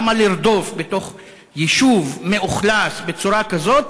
למה לרדוף בתוך יישוב מאוכלס בצורה כזאת?